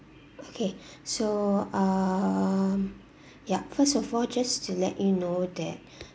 okay so um yup first of all just to let you know that